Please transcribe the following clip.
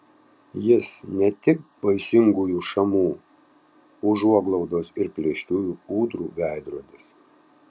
jis ne tik baisingųjų šamų užuoglaudos ir plėšriųjų ūdrų veidrodis